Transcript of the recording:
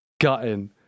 gutting